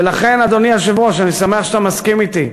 ולכן, אדוני היושב-ראש, אני שמח שאתה מסכים אתי.